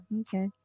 Okay